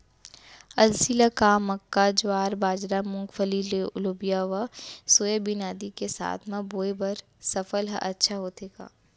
अलसी ल का मक्का, ज्वार, बाजरा, मूंगफली, लोबिया व सोयाबीन आदि के साथ म बोये बर सफल ह अच्छा होथे का?